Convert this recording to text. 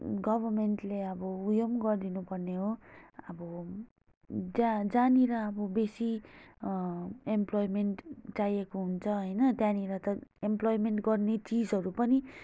गभर्मेन्टले अब उयो पनि गरिदिनु पर्ने हो अब जहाँ जहाँनिर अब बेसी एम्प्लोइमेन्ट चाहिएको हुन्छ होइन त्यहाँनिर त इम्प्लोइमेन्ट गर्ने चिजहरू पनि